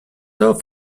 off